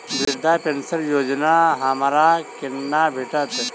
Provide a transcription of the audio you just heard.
वृद्धा पेंशन योजना हमरा केना भेटत?